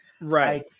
Right